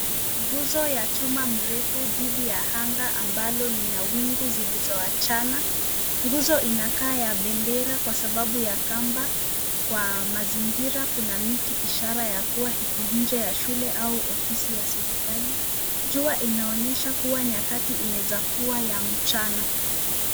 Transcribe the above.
Nguzo ya chuma mrefu dhidi ya anga amabalo Lina wingu zilizoachana nyuso inakaa ya bendera kwa sababu ya kamba kwa mazingira na mtu ishara ya kuwa hiko nje ya shule au ofisi ya serikalii ikiwa inaonyesha nyakati Inaeza kuwa ni za mchana.